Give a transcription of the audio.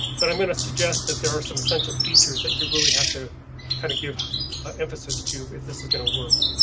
but i'm going to suggest that there are some essential features that you really have to kind of give emphasis to. if this is going to work,